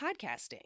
podcasting